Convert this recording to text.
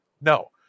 no